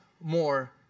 more